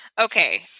Okay